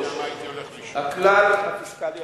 הכלל הפיסקלי החדש,